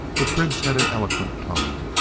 the prince had an eloquent tongue,